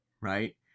right